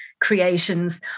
creations